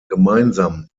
gemeinsam